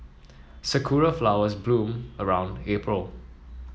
sakura flowers bloom around April